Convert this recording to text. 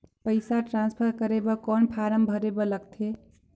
पईसा ट्रांसफर करे बर कौन फारम भरे बर लगथे?